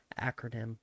acronym